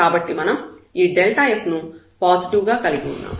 కాబట్టి మనం ఈ f ను పాజిటివ్ గా కలిగి ఉన్నాము